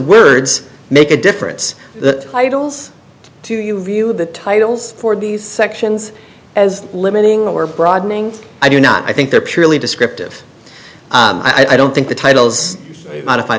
words make a difference the titles to you view of the titles for these sections as limiting or broadening i do not i think they are purely descriptive i don't think the titles modify